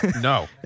no